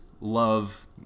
love